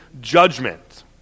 judgment